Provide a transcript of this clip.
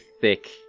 thick